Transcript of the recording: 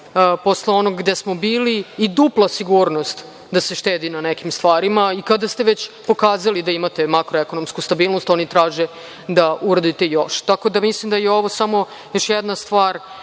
posle onog gde smo bili i dupla sigurnost da se štedi na nekim stvarima. Kada ste već pokazali da imate makroekonomsku stabilnost, oni traže da uradite još. Tako da mislim da je ovo samo još jedna stvar